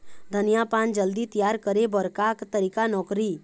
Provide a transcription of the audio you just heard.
धनिया पान जल्दी तियार करे बर का तरीका नोकरी?